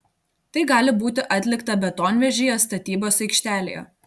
tai gali būti atlikta betonvežyje statybos aikštelėje